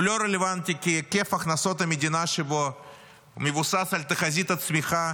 הוא לא רלוונטי כי היקף הכנסות המדינה שבו מבוסס על תחזית צמיחה